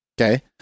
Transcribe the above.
Okay